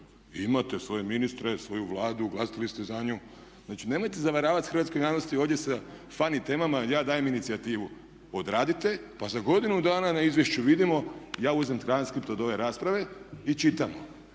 Imate svoje ministre, svoju Vladu, glasali ste za nju. Znači nemojte zavaravati hrvatsku javnost ovdje sa funny temama ja dajem inicijativu. Odradite pa za godinu dana na izvješću vidimo, ja uzmem transkript od ove rasprave i čitamo,